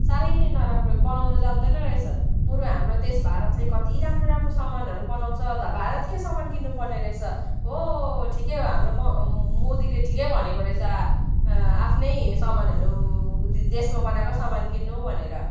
साह्रै नै नराम्रो बनाउँनु जान्दैन रहेछ बरु हाम्रो देश भारतले कति राम्रो राम्रो सामानहरू बनाउँछ भारतकै सामान किन्नु पर्ने रहेछ हो ठिक्कै हो हाम्रो मो मोदीले ठिकै भनेको रहेछ आफ्नै सामानहरू देशमा बनाएको सामानहरू किन्नु भनेर